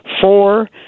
Four